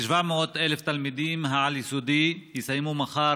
כ-700,000 תלמידים מהעל-יסודי יסיימו מחר,